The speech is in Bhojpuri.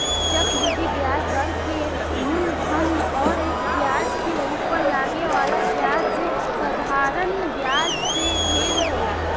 चक्रवृद्धि ब्याज दर के मूलधन अउर ब्याज के उपर लागे वाला ब्याज साधारण ब्याज से ढेर होला